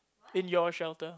in your shelter